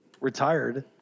retired